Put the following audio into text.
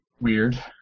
weird